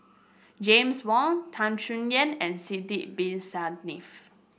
James Wong Tan Chay Yan and Sidek Bin Saniff